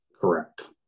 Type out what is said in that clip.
correct